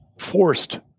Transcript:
forced